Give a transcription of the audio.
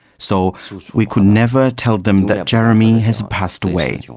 so we could never tell them that jeremy has passed away,